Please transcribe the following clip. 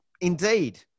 indeed